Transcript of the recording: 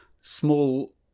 small